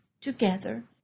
together